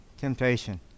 Temptation